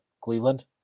Cleveland